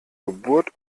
geburt